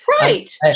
Right